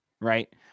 right